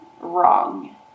wrong